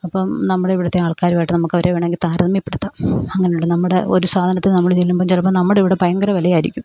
അപ്പം നമ്മളിവിടുത്തെ ആൾക്കാരുമായിട്ട് നമുക്കവരെ വേണമെങ്കിൽ താരതമ്യപ്പെടുത്താം അങ്ങനെയുണ്ട് നമ്മുടെ ഒരു സാധനത്തിന് നമ്മൾ ചെല്ലുമ്പോൾ ചിലപ്പോൾ നമ്മുടെ ഇവിടെ ഭയങ്കര വിലയായിരിക്കും